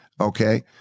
okay